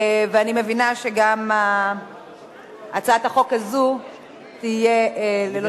אני מבינה שגם הצעת החוק הזאת תהיה ללא,